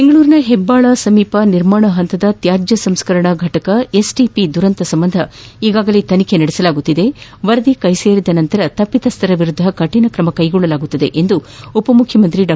ಬೆಂಗಳೂರಿನ ಹೆಬ್ಲಾಳದ ಬಳಿ ನಿರ್ಮಾಣ ಹಂತದ ತ್ಯಾಜ್ಯ ಸಂಸ್ಕರಣಾ ಫಟಕ ಎಸ್ ಟಿ ಪಿ ದುರಂತ ಸಂಬಂಧ ಈಗಾಗಲೇ ತನಿಖೆ ನಡೆಸಲಾಗುತ್ತಿದ್ದು ವರದಿ ಬಂದ ಬಳಿಕ ತಪಿತಸ್ದರ ವಿರುದ್ದ ಕ್ರಮ ಕೈಗೊಳ್ಳಲಾಗುವುದು ಎಂದು ಉಪ ಮುಖ್ಯಮಂತ್ರಿ ಡಾ